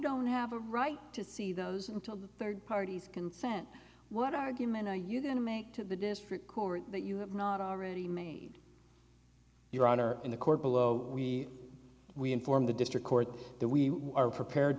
don't have a right to see those until third parties consent what argument are you going to make to the district court that you have not already made your honor in the court below we we inform the district court that we are prepared